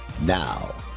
Now